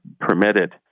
permitted